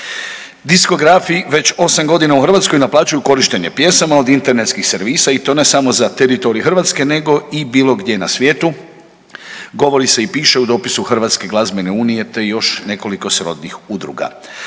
Diskografi već 8 godina u Hrvatskoj naplaćuju korištenje pjesama od internetskih servisa i to ne samo za teritorij Hrvatske nego i bilo gdje na svijetu, govori se i piše u dopisu Hrvatske glazbene unije te još nekoliko srodnih udruga.